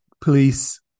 police